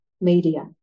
media